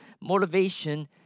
motivation